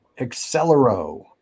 Accelero